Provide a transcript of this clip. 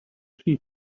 sheep